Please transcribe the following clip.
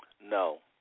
No